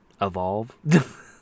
evolve